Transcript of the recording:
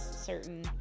certain